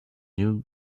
new